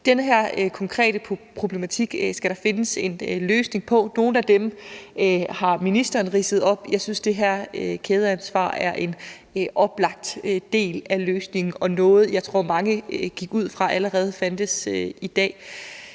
Den her konkrete problematik skal der findes løsninger på. Nogle af dem har ministeren ridset op. Jeg synes, det her kædeansvar er en oplagt del af løsningen og noget, jeg tror mange gik ud fra allerede fandtes i dag.